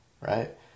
right